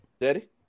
Daddy